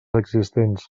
existents